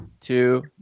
two